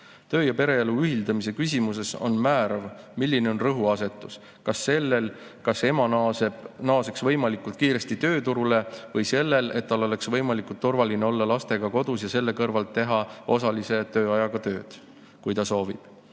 Töö- ja pereelu ühitamise küsimuses on määrav, milline on rõhuasetus: kas sellel, et ema naaseks võimalikult kiiresti tööturule, või sellel, et tal oleks võimalikult turvaline olla lastega kodus ja selle kõrvalt teha osalise tööajaga tööd, kui ta soovib?